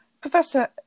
Professor